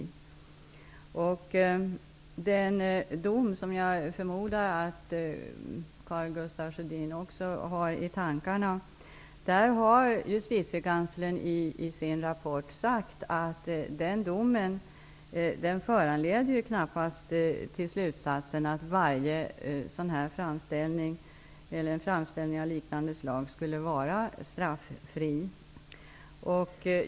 Vad beträffar den dom som jag förmodar att Karl Gustaf Sjödin också har i tankarna har justitiekanslern i sin rapport sagt att den knappast leder till slutsatsen att varje framställning av liknande slag skulle vara straffri.